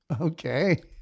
Okay